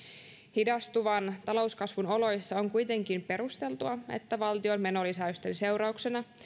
hidastuvan talouskasvun oloissa on kuitenkin perusteltua että valtion menolisäysten seurauksena